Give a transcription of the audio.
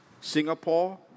Singapore